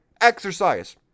exercise